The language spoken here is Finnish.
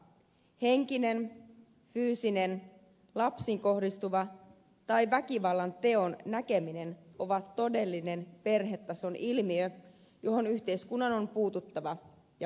henkinen fyysinen lapsiin kohdistuva väkivalta tai väkivallanteon näkeminen ovat todellinen perhetason ilmiö johon yhteiskunnan on puututtava ja vakavasti